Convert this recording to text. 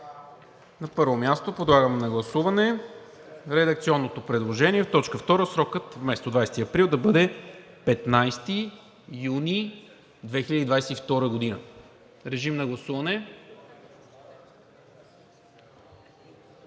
На първо място подлагам на гласуване редакционното предложение в точка втора срокът вместо 20 април да бъде 15 юни 2022 г. Гласували